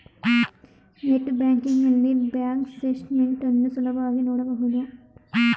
net banking ನಲ್ಲಿ bank statement ಅನ್ನು ಸುಲಭವಾಗಿ ನೋಡಬಹುದು